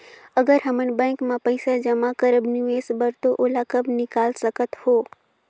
अगर हमन बैंक म पइसा जमा करब निवेश बर तो ओला कब निकाल सकत हो?